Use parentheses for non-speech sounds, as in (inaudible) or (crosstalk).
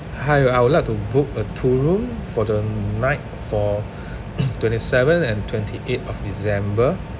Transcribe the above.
hi I would like to book uh two room for the night for (coughs) twenty seven and twenty eight of december